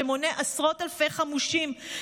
שמונה עשרות אלפי חמושים.